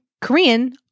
Korean